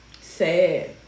Sad